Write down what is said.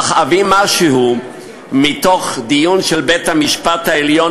אך אביא משהו מתוך דיון של בית-המשפט העליון